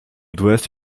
dressed